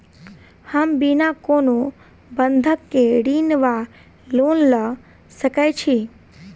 हम बिना कोनो बंधक केँ ऋण वा लोन लऽ सकै छी?